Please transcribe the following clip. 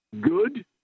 good